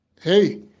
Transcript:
Hey